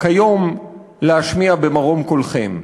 כיום להשמיע במרום קולכם.